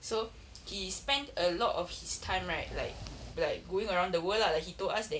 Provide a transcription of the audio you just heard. so he spent a lot of his time right like like going around the world lah like he told us that